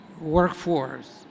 workforce